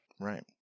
Right